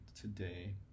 today